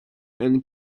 and